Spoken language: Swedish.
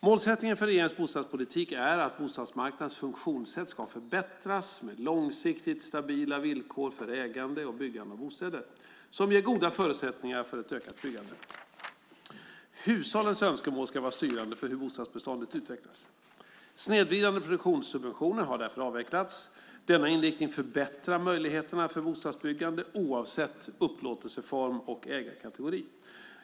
Målsättningen för regeringens bostadspolitik är att bostadsmarknadens funktionssätt ska förbättras med långsiktigt stabila villkor för ägande och byggande av bostäder, som ger goda förutsättningar för ett ökat byggande. Hushållens önskemål ska vara styrande för hur bostadsbeståndet utvecklas. Snedvridande produktionssubventioner har därför avvecklats. Denna inriktning förbättrar möjligheterna för bostadsbyggande oavsett upplåtelseform och ägarkategori.